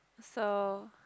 so